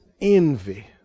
Envy